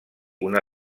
una